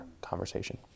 conversation